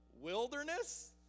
wilderness